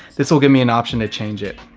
this will give me an option to change it.